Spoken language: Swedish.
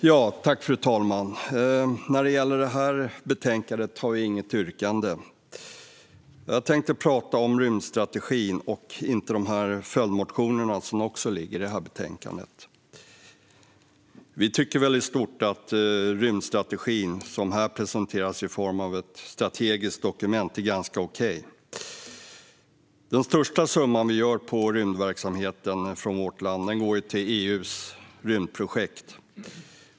Fru talman! När det gäller detta betänkande har vi inget yrkande. Jag tänkte prata om rymdstrategin och inte om de följdmotioner som behandlas i betänkandet. Vi tycker väl i stort att rymdstrategin, som presenteras i form av ett strategiskt dokument, är ganska okej. Den största summan för rymdverksamhet från vårt land går till EU:s rymdprojekt.